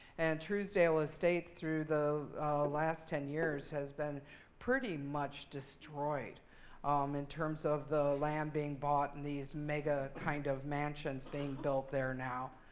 and truesdale estates through the last ten years has been pretty much destroyed um in terms of the land being bought and these mega kind of mansions being built there now.